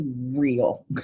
real